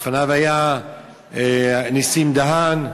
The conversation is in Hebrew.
ולפניו היה נסים דהן,